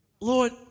Lord